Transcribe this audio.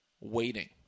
waiting